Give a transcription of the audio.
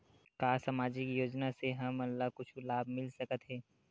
का सामाजिक योजना से हमन ला कुछु लाभ मिल सकत हे?